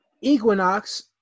Equinox